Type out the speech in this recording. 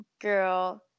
girl